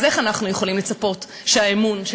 אז איך אנחנו יכולים לצפות שהאמון של